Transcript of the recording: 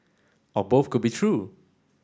or both could be true